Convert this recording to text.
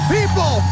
people